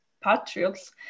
patriots